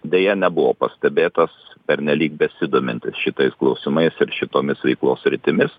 deja nebuvo pastebėtas pernelyg besidomintis šitais klausimais ir šitomis veiklos sritimis